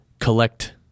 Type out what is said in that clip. collect